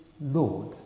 Lord